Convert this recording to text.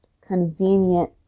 convenient